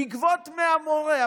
לגבות מהמורה.